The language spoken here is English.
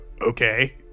okay